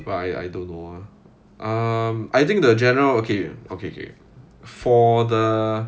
but I I don't know um I think the general okay okay okay for the